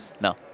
No